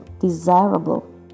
desirable